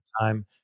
time